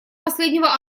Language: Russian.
последнего